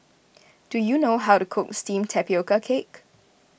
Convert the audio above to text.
do you know how to cook Steamed Tapioca Cake